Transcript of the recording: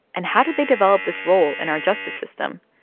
and how did they develop this role in our justice system?